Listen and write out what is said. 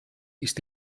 ist